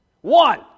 One